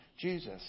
Jesus